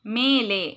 ಮೇಲೆ